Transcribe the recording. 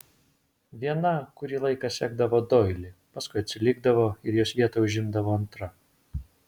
viena kurį laiką sekdavo doilį paskui atsilikdavo ir jos vietą užimdavo antra